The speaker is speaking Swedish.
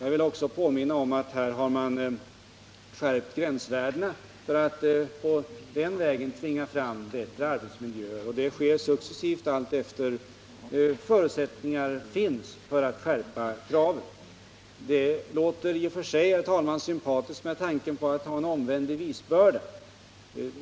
Jag vill också påminna om att kraven beträffande gränsvärdena skärpts för att man på den vägen skall kunna tvinga fram bättre arbetsmiljöer. Detta sker successivt allteftersom förutsättningar finns för att skärpa kraven. Det låter, herr talman, sympatiskt med tanke på den omvända bevisbördan.